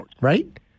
right